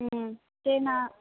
ம் சரி நான்